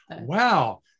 Wow